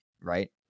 right